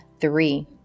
three